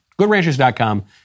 Goodranchers.com